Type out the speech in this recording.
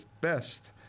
Best